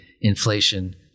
Inflation